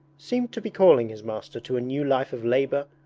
seemed to be calling his master to a new life of labour,